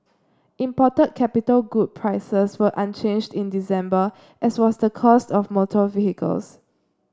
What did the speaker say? imported capital good prices were unchanged in December as was the cost of motor vehicles